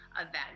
event